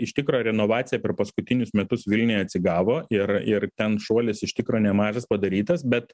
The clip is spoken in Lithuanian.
iš tikro renovacija per paskutinius metus vilniuje atsigavo ir ir ten šuolis iš tikro nemažas padarytas bet